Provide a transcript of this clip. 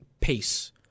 pace